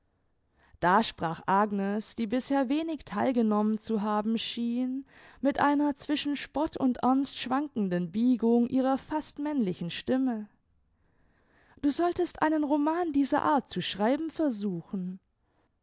da sprach agnes die bisher wenig theil genommen zu haben schien mit einer zwischen spott und ernst schwankenden biegung ihrer fast männlichen stimme du solltest einen roman dieser art zu schreiben versuchen